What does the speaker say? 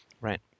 Right